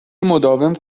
مداوم